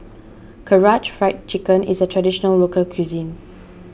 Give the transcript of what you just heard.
Karaage Fried Chicken is a Traditional Local Cuisine